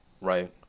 right